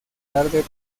tarde